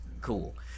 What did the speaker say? cool